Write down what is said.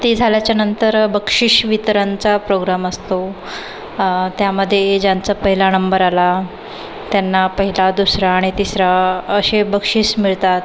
ते झाल्याच्या नंतर बक्षीस वितरणाचा प्रोग्राम असतो त्यामध्ये ज्यांचा पहिला नंबर आला त्यांना पहिला दुसरा आणि तिसरा असे बक्षीस मिळतात